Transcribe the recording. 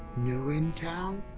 new in town?